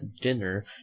dinner